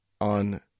on